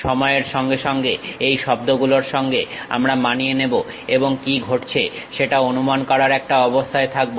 সময়ের সঙ্গে সঙ্গে এই শব্দগুলোর সঙ্গে আমরা মানিয়ে নেব এবং কি ঘটছে সেটা অনুমান করার একটা অবস্থায় থাকবো